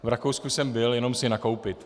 V Rakousku jsem byl jenom si nakoupit.